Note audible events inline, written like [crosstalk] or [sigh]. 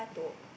[breath]